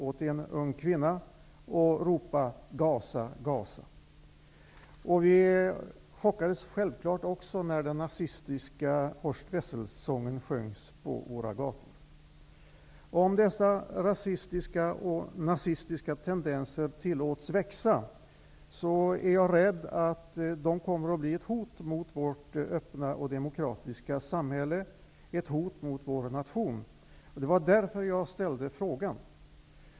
åt en ung kvinna och ropa ''Gasa! Gasa!''. Vi chockades självklart också när den nazistiska Horst Wessel-sången sjöngs på våra gator. Om dessa rasistiska och nazistiska tendenser tillåts växa är jag rädd att de kommer att bli ett hot mot vårt öppna och demokratiska samhälle och ett hot mot vår nation. Det var därför jag ställde frågan.